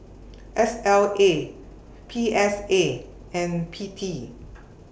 S L A P S A and P T